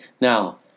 Now